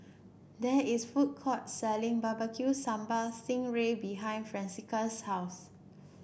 there is food court selling barecue Sambal Sting Ray behind Francisca's house